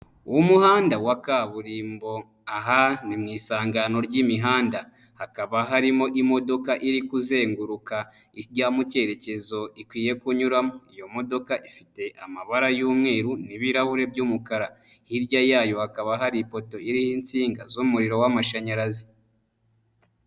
Umuhanda wa kaburimbo, aha ni mu isangano ry'imihanda, hakaba harimo imodoka iri kuzenguruka ijya mu cyerekezo ikwiye kunyuramo, iyo modoka ifite amabara y'umweru n'ibirahuri by'umukara, hirya yayo hakaba hari ipoto iriho insinga z'umuriro w'amashanyarazi.